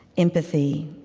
empathy,